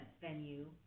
venue